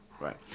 right